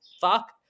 fuck